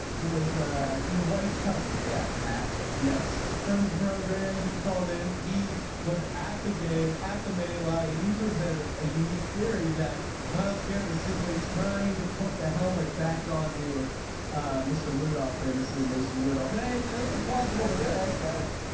it was your wife's cousin correct. matt yes friend of the program. he called in. he was at the game at the may lie and he presented a unique theory that myles garrett was simply trying to put the helmet back on to mr. rudolph. there mr. mason rudolph and it's a plausible look yeah like that.